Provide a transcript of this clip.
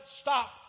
stop